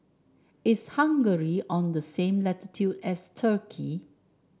is Hungary on the same latitude as Turkey